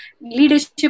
leadership